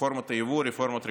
רפורמות יבוא, רפורמות רגולציה,